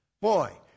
Boy